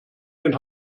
den